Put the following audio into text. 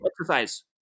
exercise